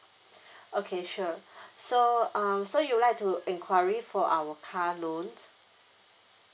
okay sure so um so you'd like to enquiry for our car loans